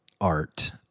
art